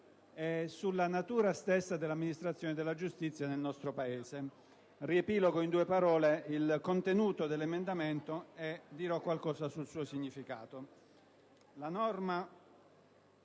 e sulla natura stessa della amministrazione della giustizia nel nostro Paese. Riepilogo in poche parole il contenuto dell'emendamento e dirò qualcosa sul suo significato. La norma